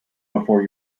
before